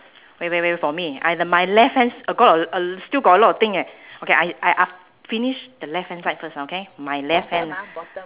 wait wait wait for me I the my left hand s~ got a l~ still got a lot of thing eh okay I I I finish the left hand side first okay my left hand